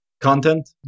content